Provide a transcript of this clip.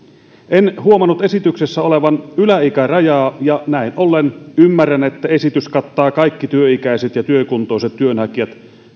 en huomannut esityksessä olevan yläikärajaa ja näin ollen ymmärrän että esitys kattaa kaikki työikäiset ja työkuntoiset työnhakijat